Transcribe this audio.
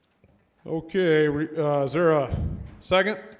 ok there a second